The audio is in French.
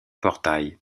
portail